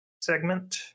segment